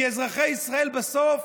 כי לאזרחי ישראל בסוף